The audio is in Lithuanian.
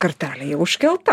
kartelė jau užkelta